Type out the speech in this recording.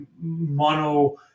mono